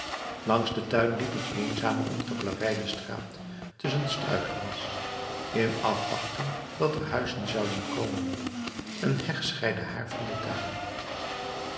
langs den tuin liep een eenzame ongeplaveide straat tusschen struikgewas in afwachting dat er huizen zouden komen een heg scheidde haar van den tuin